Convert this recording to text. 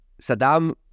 Saddam